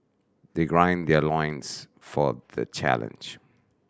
they their loins for the challenge